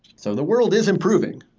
so the world is improving.